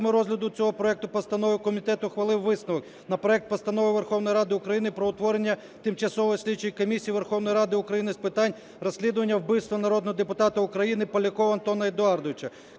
розгляду цього проекту Постанови комітет ухвалив висновок на проект Постанови Верховної Ради України про утворення Тимчасової слідчої комісії Верховної Ради України з питань розслідування вбивства народного депутата України Полякова Антона Едуардовича